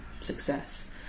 success